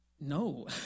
no